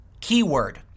Keyword